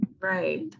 Right